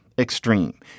extreme